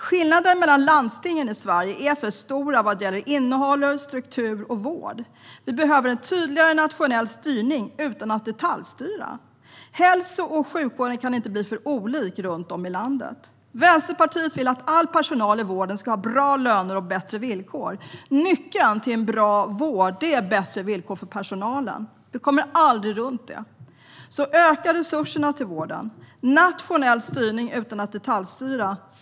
Skillnaderna mellan landstingen i Sverige är för stora vad gäller innehåll, struktur och vård. Vi behöver en tydligare nationell styrning utan att detaljstyra. Hälso och sjukvården kan inte skilja sig för mycket runt om i landet. Vänsterpartiet vill att all personal i vården ska ha bra löner och bättre villkor. Nyckeln till en bra vård är bättre villkor för personalen. Vi kommer aldrig runt detta. Öka resurserna till vården! Ge nationell styrning utan att detaljstyra!